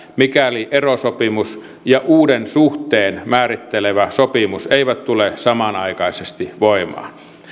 mikäli erosopimus ja uuden suhteen määrittelevä sopimus eivät tule samanaikaisesti voimaan